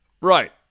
right